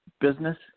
business